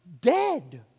dead